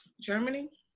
Germany